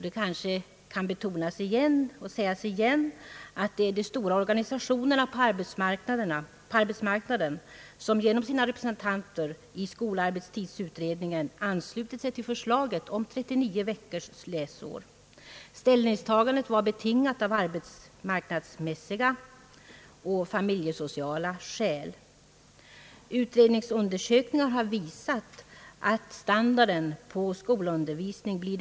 Det kanske återigen kan betonas att det är de stora organisationerna på arbetsmarknaden som genom sina representanter i skolarbetstidsutredningen anslutit sig till förslaget om 39 veckors läsår. Ställningstagandet var betingat av arbetsmarknadsmässiga och familjesociala skäl. Utredningens undersökningar har visat att standarden på skolundervisningen blir.